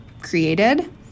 created